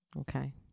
Okay